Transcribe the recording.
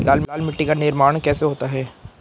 लाल मिट्टी का निर्माण कैसे होता है?